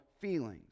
feelings